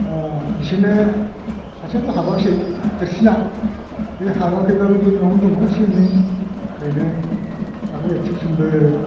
दा बिसोरनो सासेयाथ' हाबाख्सै देरसिना बे हाबाखैबाबो बे न'आवनो दङ एसे एनै ओरैनो माबायो थिवसनबो